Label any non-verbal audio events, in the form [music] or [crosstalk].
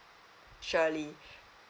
shirley [breath]